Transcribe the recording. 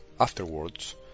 Afterwards